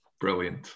Brilliant